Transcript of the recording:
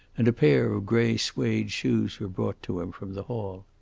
and a pair of grey suede shoes were brought to him from the hall.